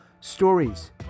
stories